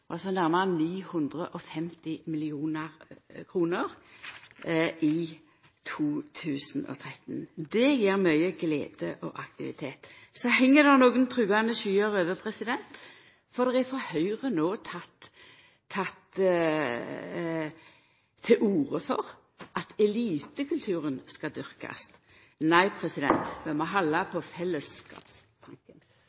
altså vil innebera totalt ein milliard kroner i 2014 – nærmare 950 mill. kr i 2013. Det gjev mykje glede og aktivitet. Så er det nokre truande skyer, for Høgre har no teke til orde for at elitekulturen skal dyrkast. Nei, vi må halda